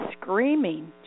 screaming